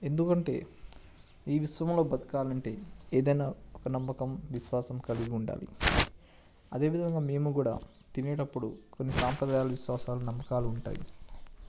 ఎందుకంటే ఈ విశ్వంలో బతకాలంటే ఏదైనా ఒక నమ్మకం విశ్వాసం కలిగి ఉండాలి అదేవిధంగా మేము కూడా తినేటప్పుడు కొన్ని సాంప్రదాయాలు విశ్వాసాలు నమ్మకాలు ఉంటాయి